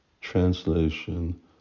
translation